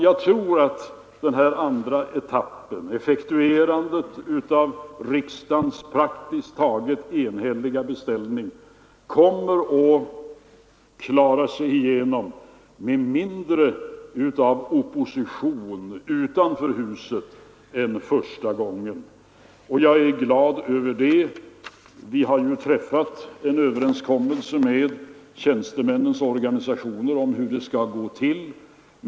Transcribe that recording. Jag tror att den här andra etappen — effektuerandet av riksdagens praktiskt taget enhälliga beställning — kommer att klara sig igenom med mindre av opposition utanför detta hus än vad som var fallet när det gällde den första etappen, och jag är glad över det. Vi har ju träffat en överenskommelse med tjänstemännens organisationer om hur det skall gå till.